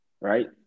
right